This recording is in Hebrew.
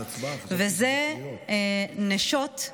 נשות,